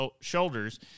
shoulders